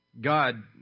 God